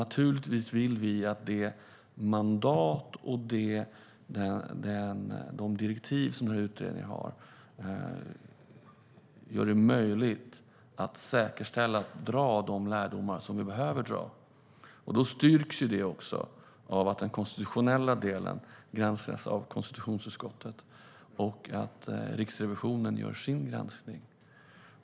Naturligtvis vill vi att det mandat och de direktiv som den här utredningen har ska göra det möjligt att säkerställa att vi drar de lärdomar som vi behöver dra. Då styrks det också av att den konstitutionella delen granskas av konstitutionsutskottet och att Riksrevisionen gör sin granskning.